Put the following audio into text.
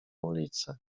ulicę